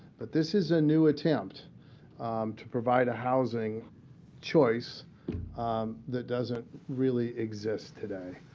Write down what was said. but this is a new attempt to provide a housing choice that doesn't really exist today.